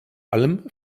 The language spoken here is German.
allem